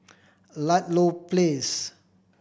Ludlow Place